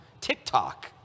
TikTok